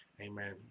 Amen